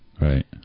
Right